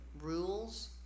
rules